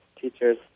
teachers